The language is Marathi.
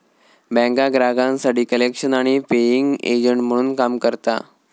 बँका ग्राहकांसाठी कलेक्शन आणि पेइंग एजंट म्हणून काम करता